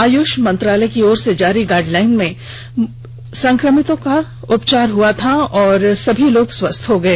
आयुष मंत्रालय की ओर से जारी गाइडलाइन में संक्रमितों का उपचार हुआ और सभी लोग स्वस्थ हो गए